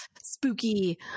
spooky